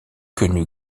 quenu